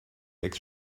lecks